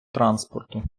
транспорту